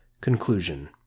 Conclusion